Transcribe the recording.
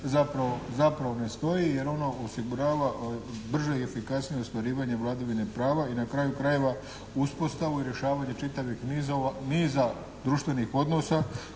zapravo ne stoji jer ono osigurava brže i efikasnije ostvarivanje vladavine prava i na kraju krajeva uspostavu i rješavanje čitavog niza društvenih odnosa